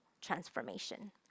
transformation